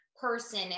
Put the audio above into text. person